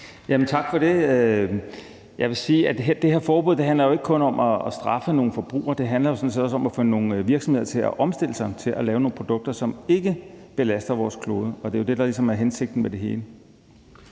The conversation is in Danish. sige, at det her forbud jo ikke kun handler om at straffe nogle forbrugere. Det handler sådan set også om at få nogle virksomheder til at omstille sig til at lave nogle produkter, som ikke belaster vores klode. Det er jo det, der ligesom er hensigten med det hele.